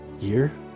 year